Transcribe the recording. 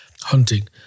hunting